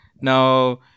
Now